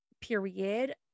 period